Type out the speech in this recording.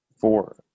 Four